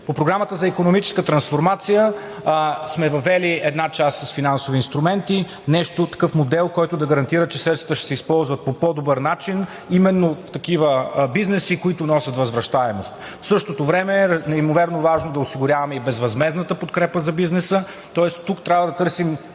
По Програмата за икономическа трансформация сме въвели една част с финансови инструменти – такъв модел, който да гарантира, че средствата ще се използват по по-добър начин именно в такива бизнеси, които носят възвръщаемост. В същото време неимоверно важно е да осигуряваме и безвъзмездната подкрепа за бизнеса, тоест тук трябва да търсим